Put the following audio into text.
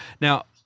Now